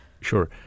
Sure